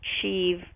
achieve